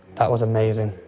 that was amazing.